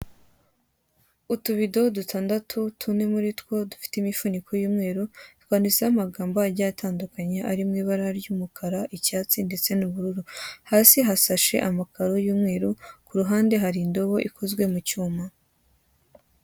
Utubido dutandatu tune muri two dufite imifuniko y'umweru twanditseho amagambo agiye atandukanye ari mu ibara ry'umukara, icyatsi ndetse n'ubururu hasi hasashe amakaro y'umweru ku ruhande hari indobo ikoze mu cyuma.